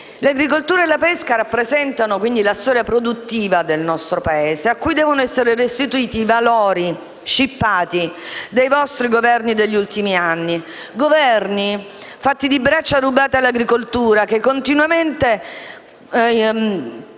L'agricoltura e la pesca rappresentano la storia produttiva del nostro Paese, a cui devono essere restituiti i valori scippati dai vostri Governi degli ultimi anni; Governi fatti di braccia rubate all'agricoltura, che perseverano